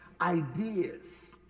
ideas